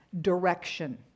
direction